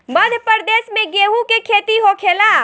मध्यप्रदेश में गेहू के खेती होखेला